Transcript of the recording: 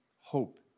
hope